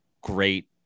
Great